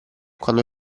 quando